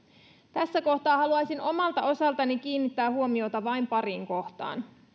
tässä kohtaa haluaisin omalta osaltani kiinnittää huomiota vain pariin kohtaan